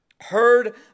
heard